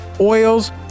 oils